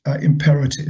imperative